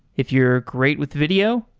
if you're great with video,